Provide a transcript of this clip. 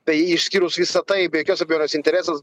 tai išskyrus visa tai be jokios abejonės interesas